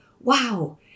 wow